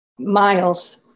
miles